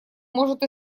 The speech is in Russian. может